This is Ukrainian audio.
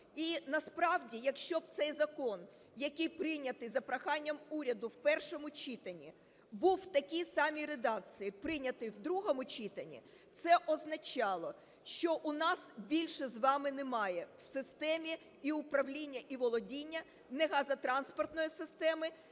І насправді, якщо б цей закон, який прийнятий за проханням уряду в першому читані, був в такій самій редакції був прийнятий в другому читанні, це означало б, що у нас більше з вами немає в системі і управління, і володіння ні газотранспортної системи,